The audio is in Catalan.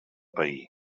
pair